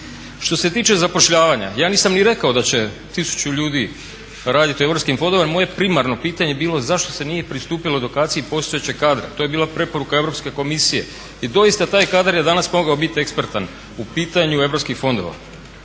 Što se tiče zapošljavanja, ja nisam ni rekao da će 1000 ljudi raditi u europskim fondovima. Moje je primarno pitanje bilo zašto se nije pristupilo edukaciji postojećeg kadra. To je bila preporuka Europske komisije. I doista, taj kadar je danas mogao biti ekspertan u pitanju EU fondova.